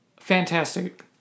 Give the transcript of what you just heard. fantastic